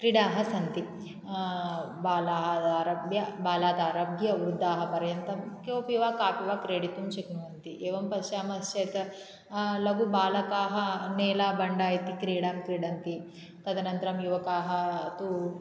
क्रीडाः सन्ति बालाः आरभ्य बालात् आरभ्य वृद्धाः पर्यन्तं कोऽपि कापि वा क्रीडितुं शक्नुवन्ति एवं पश्यामश्चेत् लघुबालकाः नेलबण्डा इति क्रीडा क्रीडन्ति तदनन्तरं युवकाः तु